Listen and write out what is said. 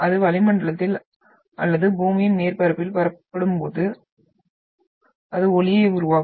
அது வளிமண்டலத்தில் அல்லது பூமியின் மேற்பரப்பில் பரப்பப்படும்போது அது ஒலியை உருவாக்கும்